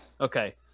Okay